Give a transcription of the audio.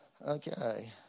Okay